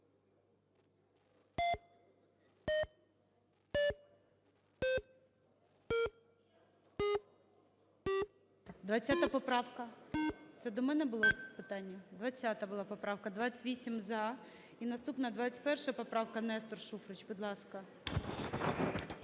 20 поправка. Це до мене було питання? 20-а була поправка. 13:24:27 За-28 І наступна - 21 поправка. Нестор Шуфрич, будь ласка.